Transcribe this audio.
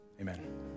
Amen